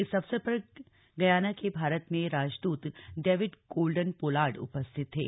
इस अवसर पर गयाना के भारत में राजदूत डेविड गोल्डन पोलार्ड उपस्थित थे